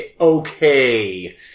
okay